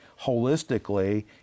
holistically